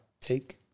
Take